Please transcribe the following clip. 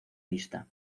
lista